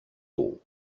all